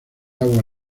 agua